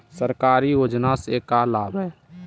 सरकारी योजना से का लाभ है?